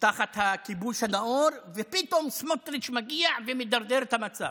תחת הכיבוש הנאור ופתאום סמוטריץ' מגיע ומדרדר את המצב,